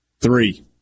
three